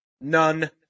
none